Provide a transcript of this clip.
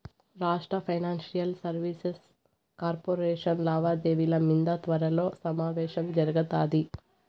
రాష్ట్ర financial services corporation లావాదేవిల మింద త్వరలో సమావేశం జరగతాది